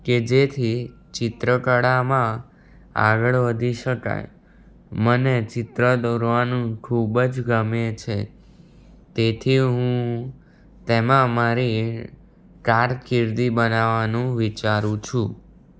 કે જેથી ચિત્રકળામા આગળ વધી શકાય મને ચિત્ર દોરવાનું ખૂબ જ ગમે છે તેથી હુ તેમા મારી કારકિર્દી બનાવાનું વિચારું છું